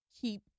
keep